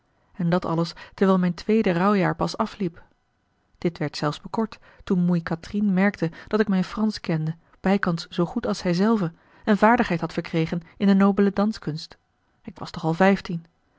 en dat alles terwijl mijn tweede rouwjaar pas afliep dit werd zelfs bekort toen moei catrine merkte dat ik mijn fransch kende bijkans zoo goed als zij zelve en vaardigheid had verkregen in de nobele danskunst ik was toch al vijftien